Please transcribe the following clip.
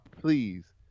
Please